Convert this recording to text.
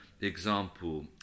example